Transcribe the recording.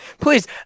Please